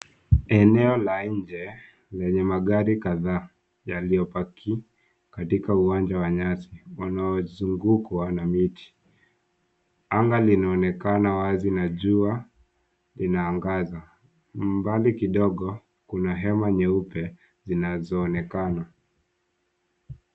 Eneo la nje, lenye magari kadhaa yaliyopaki katika uwanja wa nyasi wanaozungukwa na miti. Anga linaonekana wazi na jua linaangaza. Mbali kidogo, kuna hema nyeupe zinazoonekana.